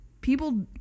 people